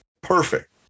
Perfect